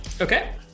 okay